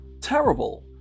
terrible